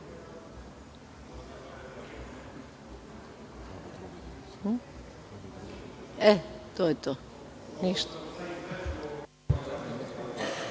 Hvala vam.